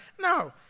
No